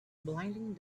blinding